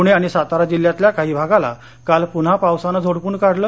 पुणे आणि सातारा जिल्ह्यातल्या काही भागाला काल पुन्हा पावसानं झोडपून काढलं